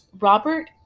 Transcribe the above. Robert